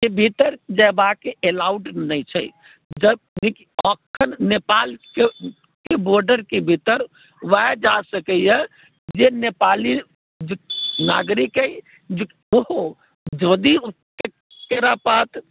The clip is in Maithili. भीतर जएबाके एलाउड नहि छै जबकि अखनि नेपालके बॉर्डरके भीतर ओएह जा सकैए जे नेपाली नागरिक अछि ओहो यदि ओकरा पास